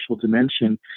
dimension